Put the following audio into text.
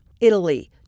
Italy